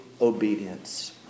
obedience